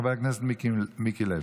חבר הכנסת מיקי לוי.